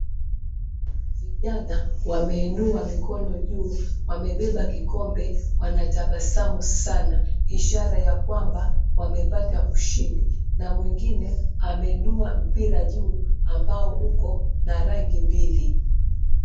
Vijana wameinua mikono juu, wamebeba kikombe wanatabasamu sana ishara ya kwamba wamepata ushindi, na mwengine ameinua mpira juu ambao uko na rangi mbili.